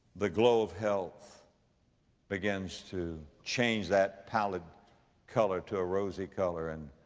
the glow of health begins to change that pallid color to a rosy color. and,